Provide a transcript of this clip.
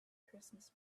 christmas